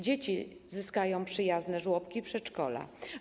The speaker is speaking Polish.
Dzieci zyskają przyjazne żłobki i przedszkola.